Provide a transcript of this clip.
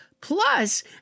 Plus